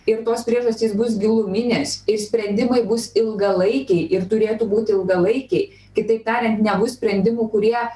ir tos priežastys bus giluminės ir sprendimai bus ilgalaikiai ir turėtų būti ilgalaikiai kitaip tariant nebus sprendimų kurie